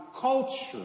culture